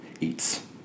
eats